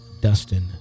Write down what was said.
Dustin